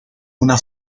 una